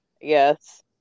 Yes